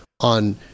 on